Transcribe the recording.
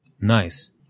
Nice